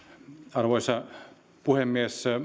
arvoisa puhemies